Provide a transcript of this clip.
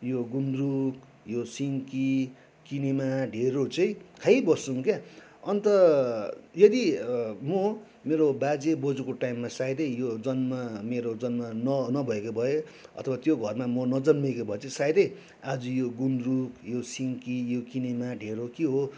यो गुन्द्रुक यो सिन्की किनेमा ढेँडो चाहिँ खाइबस्छौँ क्या अन्त यदि म मेरो बाजेबोजूको टाइममा सायदै यो जन्म मेरो जन्म नभएको भए अथवा त्यो घरमा म नजन्मेको भए भने चाहिँ सायदै आज यो गुन्द्रुक यो सिन्की यो किनेमा ढेँडो के हो